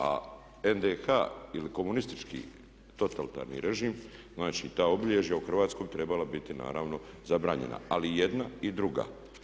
A NDH ili komunistički totalitarni režim, znači ta obilježja u Hrvatskoj bi trebala biti naravno zabranjena, ali i jedna i druga.